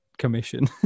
commission